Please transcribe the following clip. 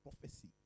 prophecy